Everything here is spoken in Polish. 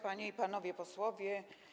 Panie i Panowie Posłowie!